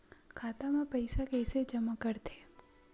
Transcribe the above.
खाता म पईसा कइसे जमा करथे?